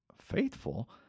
Faithful